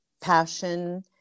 passion